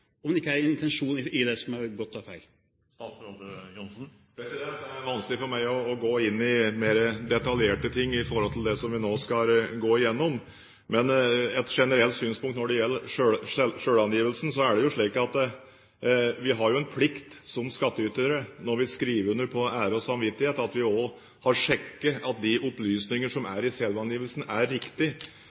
om det ikke har vært intensjonen når en feil er begått? Det er vanskelig for meg å gå inn i mer detaljerte ting i det vi nå skal gå gjennom. Men et generelt synspunkt når det gjelder selvangivelsen, er at vi som skattytere har plikt til, når vi skriver under på ære og samvittighet, å sjekke at de opplysninger som er i selvangivelsen, er